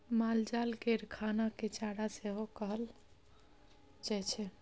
मालजाल केर खाना केँ चारा सेहो कहल जाइ छै